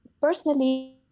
Personally